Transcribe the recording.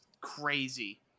crazy